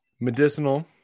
Medicinal